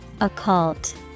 Occult